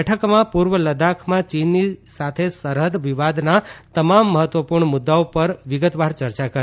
બેઠકમાં પૂર્વ લદ્દાખમાં ચીનની સાથે સરહદ વિવાદના તમામ મહત્ત્વપૂર્ણ મુદ્દાઓ પર વિગતવાર ચર્ચા કરી